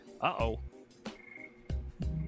uh-oh